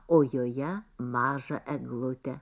o joje mažą eglutę